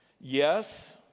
Yes